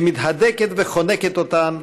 שמתהדקת וחונקת אותן,